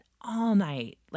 all-night